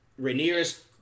Rhaenyra's